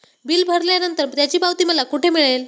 Bill भरल्यानंतर त्याची पावती मला कुठे मिळेल?